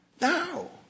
Now